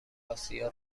آسیا